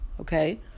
Okay